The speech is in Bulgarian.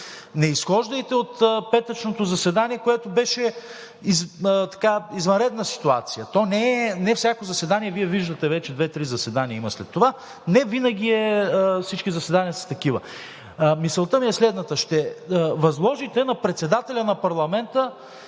Не изхождайте от петъчното заседание, което беше извънредна ситуация. Не всяко заседание, Вие виждате, вече две-три заседания има след това, невинаги всички заседания са такива. Мисълта ми е следната – ще възложите на председателя на парламента